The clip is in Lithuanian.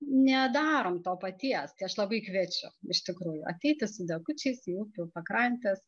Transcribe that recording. nedarom to paties tai aš labai kviečiu iš tikrųjų ateiti su dekučiais į upių pakrantes